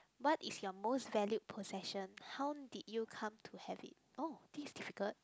what is your most valued possession how did you come to have it oh this is difficult